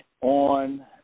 on